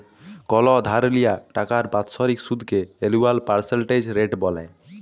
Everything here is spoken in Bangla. কল ধার লিয়া টাকার বাৎসরিক সুদকে এলুয়াল পার্সেলটেজ রেট ব্যলে